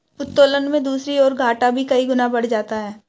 उत्तोलन में दूसरी ओर, घाटा भी कई गुना बढ़ जाता है